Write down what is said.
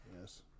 Yes